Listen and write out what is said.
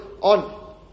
on